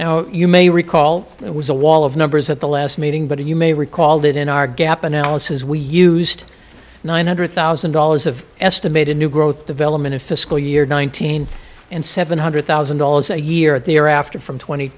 development now you may recall it was a wall of numbers at the last meeting but you may recall that in our gap analysis we used nine hundred thousand dollars of estimated new growth development in fiscal year nineteen and seven hundred thousand dollars a year at the year after from twenty